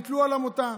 נתלו על עמותה.